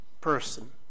person